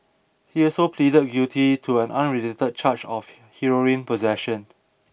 he also pleaded guilty to an unrelated charge of heroin possession